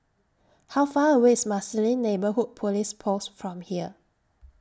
How Far away IS Marsiling Neighbourhood Police Post from here